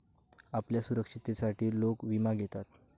आपल्या सुरक्षिततेसाठी लोक विमा घेतत